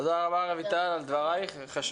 תודה רבה, רויטל, על דברייך.